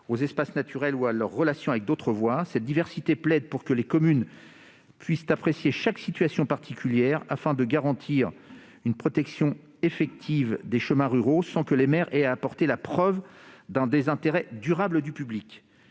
espaces naturels ou à leurs relations avec d'autres voies. Cette diversité plaide pour que les communes puissent apprécier chaque situation particulière, afin de garantir une protection effective des chemins ruraux sans que les maires aient à apporter la preuve d'un désintérêt durable du public.